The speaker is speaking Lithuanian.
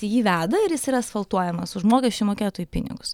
į jį veda ir jis yra asfaltuojamas už mokesčių mokėtojų pinigus